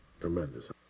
Tremendous